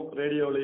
radio